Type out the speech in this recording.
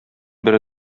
бере